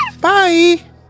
Bye